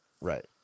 Right